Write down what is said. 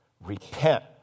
repent